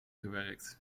gewerkt